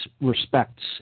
respects